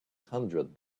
hundred